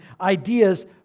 ideas